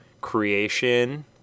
creation